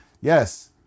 Yes